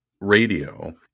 radio